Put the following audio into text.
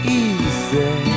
easy